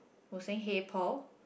who saying hey Paul